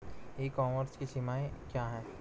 ई commerce की सीमाएं क्या हैं?